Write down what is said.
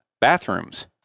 bathrooms